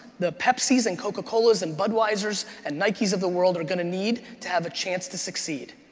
the pepsis and coca colas and budweisers and nikes of the world are gonna need to have a chance to succeed.